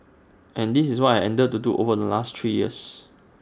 and this is what I've endeavoured to do over the last three years